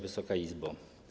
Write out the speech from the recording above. Wysoka Izbo!